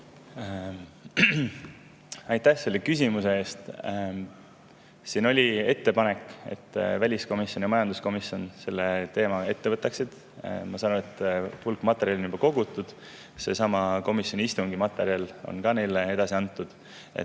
Aitäh selle küsimuse eest! Siin oli ettepanek, et väliskomisjon ja majanduskomisjon selle teema ette võtaksid. Ma saan aru, et hulk materjali on juba kogutud. Seesama komisjoni istungi materjal on ka neile edasi antud,